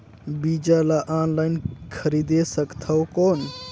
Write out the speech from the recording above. बीजा ला ऑनलाइन खरीदे सकथव कौन?